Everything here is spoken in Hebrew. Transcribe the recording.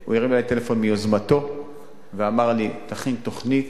הוא הרים אלי טלפון מיוזמתו ואמר לי: תכין תוכנית